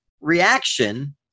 reaction